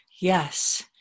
yes